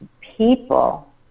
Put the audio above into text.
people